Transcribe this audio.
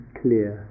clear